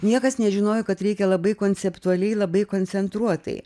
niekas nežinojo kad reikia labai konceptualiai labai koncentruotai